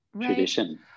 Tradition